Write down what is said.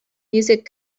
music